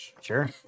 Sure